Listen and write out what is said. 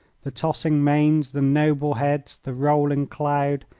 the tossing manes, the noble heads, the rolling cloud,